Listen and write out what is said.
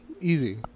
Easy